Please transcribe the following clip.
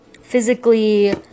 physically